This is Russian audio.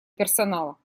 персонала